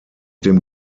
dem